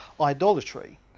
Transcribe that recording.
idolatry